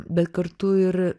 bet kartu ir